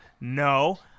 No